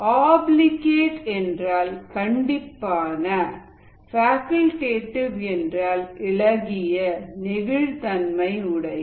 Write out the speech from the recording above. obligate என்றால் கண்டிப்பான facultative என்றால் இளகிய நெகிழ் தன்மை உடைய